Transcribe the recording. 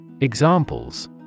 Examples